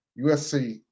USC